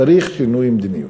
צריך שינוי מדיניות.